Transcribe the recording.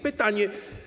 Pytania.